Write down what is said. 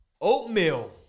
oatmeal